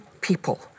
people